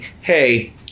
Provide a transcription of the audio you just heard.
Hey